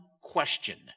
question